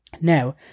Now